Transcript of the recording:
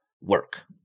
work